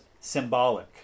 symbolic